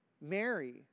mary